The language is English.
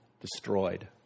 destroyed